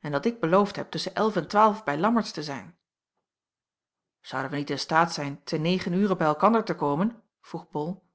en dat ik beloofd heb tusschen en bij lammertsz te zijn zouden wij niet in staat zijn te negen ure bij elkander te komen vroeg bol